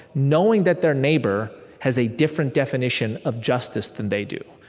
knowing that their neighbor has a different definition of justice than they do.